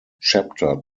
chapter